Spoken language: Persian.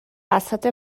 بساط